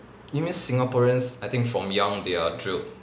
even singaporeans I think from young they are drilled